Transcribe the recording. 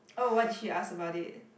oh what did she ask about it